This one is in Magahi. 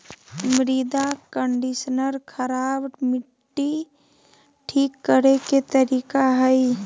मृदा कंडीशनर खराब मट्टी ठीक करे के तरीका हइ